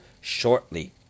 shortly